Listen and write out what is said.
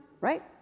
right